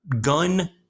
gun